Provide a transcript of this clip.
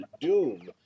doom